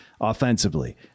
offensively